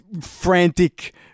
frantic